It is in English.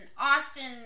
Austin